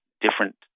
different